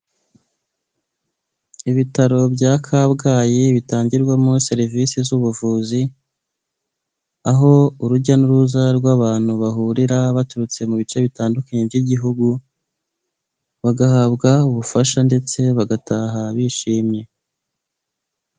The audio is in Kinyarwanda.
Ibitaro bya Kabgayi bitangirwamo serivisi z'ubuvuzi aho urujya n'uruza rw'abantu bahurira baturutse mu bice bitandukanye by'igihugu bagahabwa ubufasha ndetse bagataha bishimye.